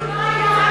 אמרתי מה היה רע,